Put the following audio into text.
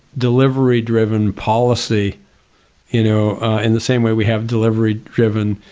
delivery driven policy you know in the same way we have delivery driven,